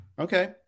Okay